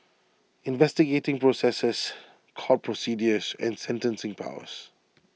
investigating processes court procedures and sentencing powers